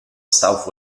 south